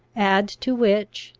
add to which,